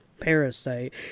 parasite